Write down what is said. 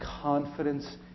confidence